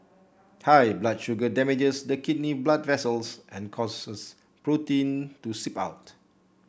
high blood sugar damages the kidney blood vessels and causes protein to seep out